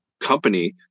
company